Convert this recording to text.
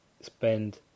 spend